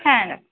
হ্যাঁ